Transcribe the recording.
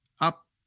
up